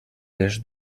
les